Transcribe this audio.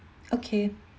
okay